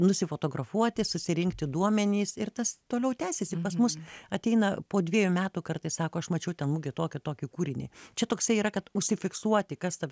nusifotografuoti susirinkti duomenis ir tas toliau tęsiasi pas mus ateina po dvejų metų kartais sako aš mačiau ten mugėj tokį tokį kūrinį čia toksai yra kad užsifiksuoti kas tave domina